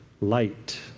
light